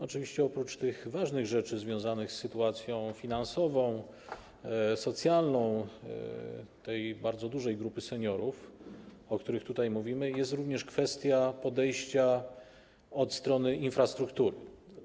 Oczywiście oprócz tych ważnych rzeczy związanych z sytuacją finansową, socjalną tej bardzo dużej grupy seniorów, o których tutaj mówimy, jest również kwestia podejścia od strony infrastruktury.